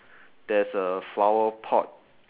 there's a flower pot